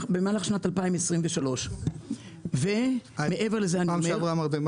במהלך שנת 2023. בפעם שעברה דיברתם